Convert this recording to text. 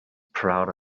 proud